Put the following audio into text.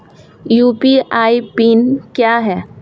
UPI PIN क्या है?